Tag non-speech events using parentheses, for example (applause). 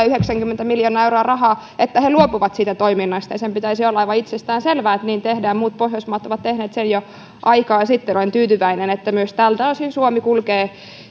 (unintelligible) yhdeksänkymmentä miljoonaa euroa rahaa että ne luopuvat siitä toiminnasta ja sen pitäisi olla aivan itsestäänselvää että niin tehdään muut pohjoismaat ovat tehneet sen jo aikaa sitten olen tyytyväinen että myös tältä osin suomi kulkee